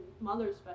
mothers